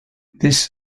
this